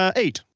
ah eight.